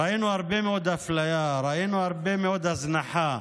ראינו הרבה מאוד אפליה, ראינו הרבה מאוד הזנחה,